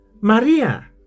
Maria